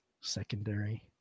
secondary